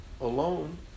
alone